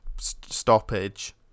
stoppage